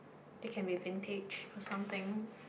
it can be vintage or something